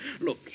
look